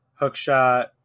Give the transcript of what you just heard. hookshot